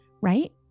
right